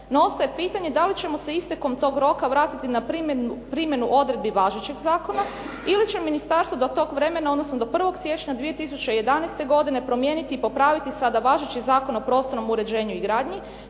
ostaje pitanje da li ćemo se istekom tog roka vratiti na primjenu odredbi važećeg zakona ili će ministarstvo do tog vremena, odnosno do 1. siječnja 2011. godine promijeniti i popraviti sada važeći Zakon o prostornom uređenju i gradnji